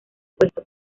opuesto